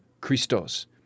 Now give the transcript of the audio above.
Christos